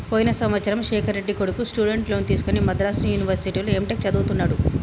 పోయిన సంవత్సరము శేఖర్ రెడ్డి కొడుకు స్టూడెంట్ లోన్ తీసుకుని మద్రాసు యూనివర్సిటీలో ఎంటెక్ చదువుతున్నడు